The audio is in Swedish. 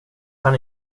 kan